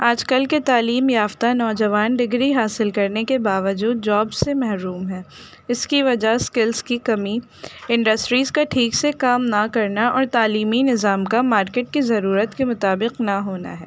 آج کل کے تعلیم یافتہ نوجوان ڈگری حاصل کرنے کے باوجود جاب سے محروم ہیں اس کی وجہ اسکلس کی کمی انڈسٹریز کا ٹھیک سے کام نہ کرنا اور تعلیمی نظام کا مارکیٹ کی ضرورت کے مطابق نہ ہونا ہے